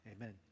Amen